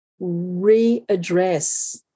readdress